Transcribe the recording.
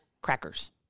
crackers